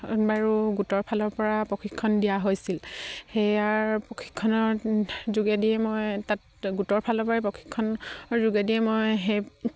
বাৰু গোটৰ ফালৰ পৰা প্ৰশিক্ষণ দিয়া হৈছিল সেয়াৰ প্ৰশিক্ষণৰ যোগেদিয়ে মই তাত গোটৰ ফালৰ পৰাই প্ৰশিক্ষণৰ যোগেদিয়ে মই সেই